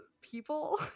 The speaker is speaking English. people